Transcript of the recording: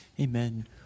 Amen